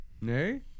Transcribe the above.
Nay